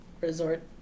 resort